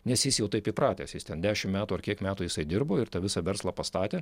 nes jis jau taip įpratęs jis ten dešimt metų ar kiek metų jisai dirbo ir tą visą verslą pastatė